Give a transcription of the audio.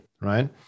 right